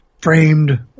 framed